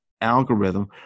algorithm